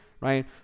right